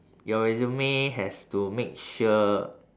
your resume has to make sure